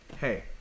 hey